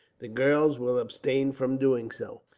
the girls will abstain from doing so.